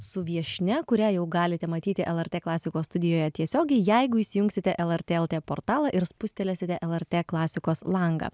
su viešnia kurią jau galite matyti lrt klasikos studijoje tiesiogiai jeigu įsijungsite lrt lt portalą ir spustelėsite lrt klasikos langą